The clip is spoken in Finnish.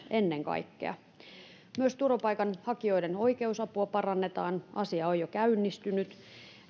ennen kaikkea suomalaisille yrityksille myös turvapaikanhakijoiden oikeusapua parannetaan asia on jo käynnistynyt